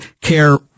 care